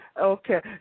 Okay